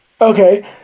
Okay